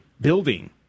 building